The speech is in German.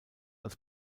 als